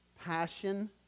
passion